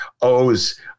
owes